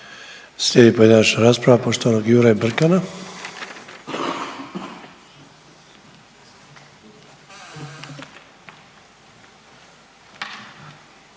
Slijedi pojedinačna rasprava poštovanog Jure Brkana.